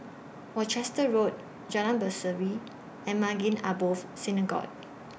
Worcester Road Jalan Berseri and Maghain Aboth Synagogue